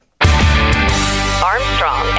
Armstrong